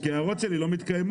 כי ההערות שלי לא מתקיימות.